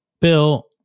Bill